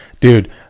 Dude